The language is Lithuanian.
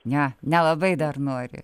ne nelabai dar nori